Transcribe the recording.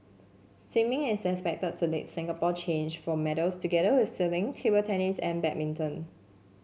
swimming is expected to lead Singapore change for medals together with sailing table tennis and badminton